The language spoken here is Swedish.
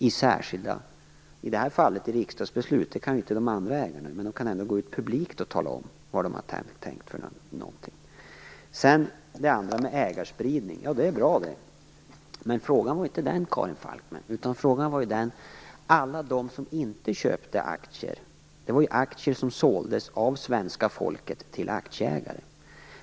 I statens fall handlar det om riksdagsbeslut, och det kan inte de andra ägarna använda, men de kan ändå gå ut offentligt och tala om vad de har tänkt för någonting. Det gällde också ägarspridning. Ja, det är bra det. Men frågan var inte den, Karin Falkmer, utan frågan var: Alla de som inte köpte aktier då? Aktier såldes av svenska folket till aktieägare.